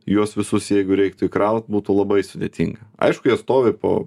juos visus jeigu reiktų įkraut būtų labai sudėtinga aišku jie stovi po